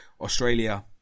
Australia